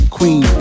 Queen